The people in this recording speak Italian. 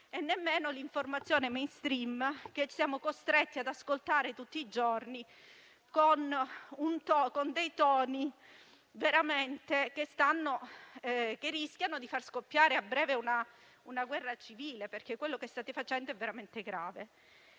né l'informazione *mainstream* che siamo costretti ad ascoltare tutti i giorni, con toni che rischiano di far scoppiare a breve una guerra civile. Ciò che state facendo è veramente grave,